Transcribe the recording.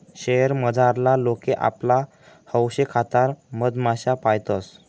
शयेर मझारला लोके आपला हौशेखातर मधमाश्या पायतंस